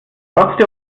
trotz